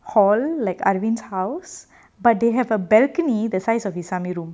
hall like arvin's house but they have a balcony the size of his summit room